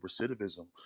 recidivism